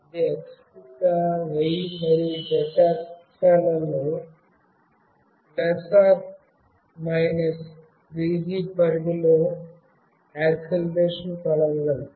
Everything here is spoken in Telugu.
ఇది x y మరియు z అక్షాలలో ± 3g పరిధిలో యాక్సిలెరోషన్ కొలవగలదు